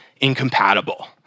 incompatible